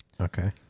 Okay